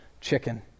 chicken